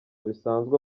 bisanzwe